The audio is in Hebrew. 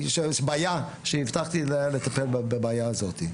זו בעיה שהבטחתי לטפל בבעיה הזאת.